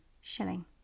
shilling